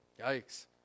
Yikes